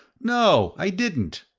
no, i didn't!